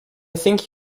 think